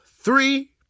three